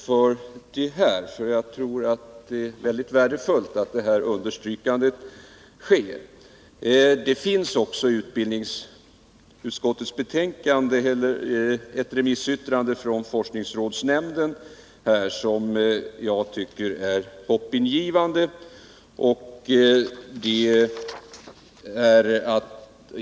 Herr talman! Jag tackar utbildningsministern för det senaste uttalandet, för jag tror det är väldigt värdefullt att ett sådant här understrykande sker. Det finns också i utbildningsutskottets betänkande 1979/80:9 ett remissyttrande från forskningsrådsnämnden som jag tycker är hoppingivande.